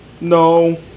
No